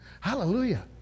Hallelujah